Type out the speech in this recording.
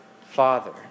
father